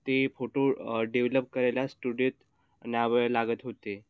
ते photo develop करायला स्टुडिओत न्यावे लागत होते